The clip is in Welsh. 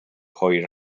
hwyr